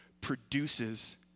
produces